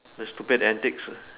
the stupid antics ah